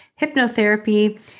hypnotherapy